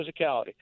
physicality